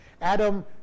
Adam